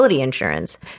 insurance